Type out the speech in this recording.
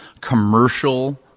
commercial